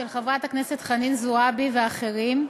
של חברת הכנסת חנין זועבי ואחרים,